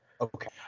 Okay